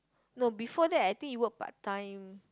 no before that I think you work part time